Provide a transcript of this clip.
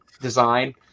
design